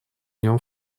нем